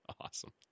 Awesome